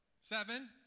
Seven